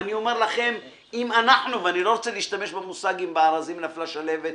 במושג "אם בארזים נפלה שלהבת,